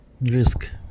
Risk